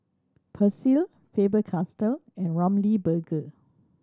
Persil Faber Castell and Ramly Burger